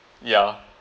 yeah